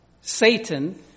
Satan